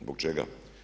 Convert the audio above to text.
Zbog čega?